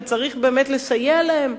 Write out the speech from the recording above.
וצריך באמת לסייע להם,